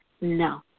No